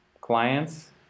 clients